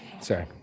Sorry